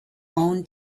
own